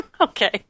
Okay